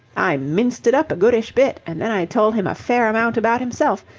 i minced it up a goodish bit, and then i told him a fair amount about himself.